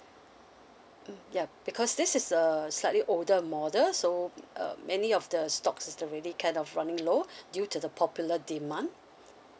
mm ya because this is err slightly older model so uh many of the stocks is really kind of running low due to the popular demand